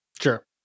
Sure